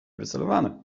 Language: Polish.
wycelowane